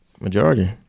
majority